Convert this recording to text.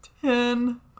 Ten